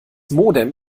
modem